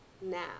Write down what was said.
now